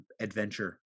Adventure